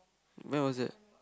when was that